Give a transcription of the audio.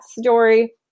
story